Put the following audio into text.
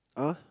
uh